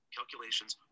Calculations